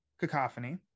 cacophony